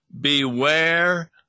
Beware